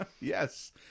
Yes